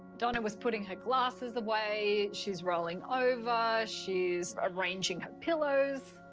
donna was putting her glasses away, she's rolling over, she's arranging her pillows.